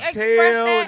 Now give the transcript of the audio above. tell